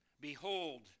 Behold